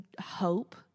hope